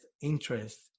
interest